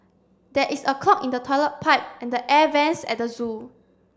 there is a clog in the toilet pipe and the air vents at the zoo